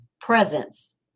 presence